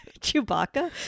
Chewbacca